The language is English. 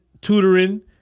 tutoring